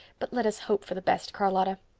but let us hope for the best, charlotta.